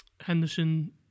Henderson